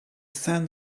sand